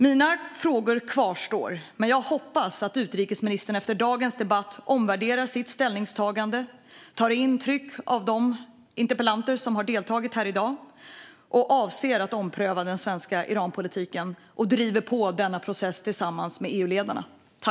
Mina frågor kvarstår, men jag hoppas att utrikesministern efter dagens debatt omvärderar sitt ställningstagande, tar intryck av de interpellanter som har deltagit här i dag och avser att ompröva den svenska Iranpolitiken och driver på denna process tillsammans med EU-ledarna.